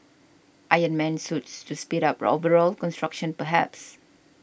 Iron Man Suits to speed up overall construction perhaps